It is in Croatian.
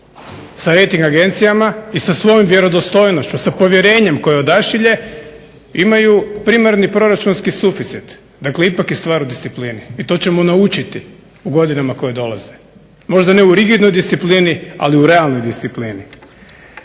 sa rejting agencijama i sa svojom vjerodostojnošću, sa povjerenjem koje odašilje imaju primarni proračunski suficit. Dakle ipak je stvar u disciplini i to ćemo naučiti u godinama koje dolaze, možda ne u rigidnoj disciplini ali u realnoj disciplini.